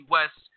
West